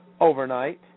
overnight